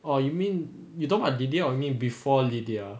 oh you mean you don't before lydia